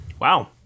wow